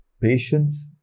patience